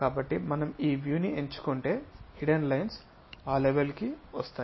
కాబట్టి మనం ఈ వ్యూ ని ఎంచుకుంటే హిడెన్ లైన్స్ ఆ లెవెల్ కి వస్తాయి